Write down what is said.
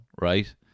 right